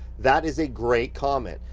that is a great comment,